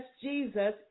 Jesus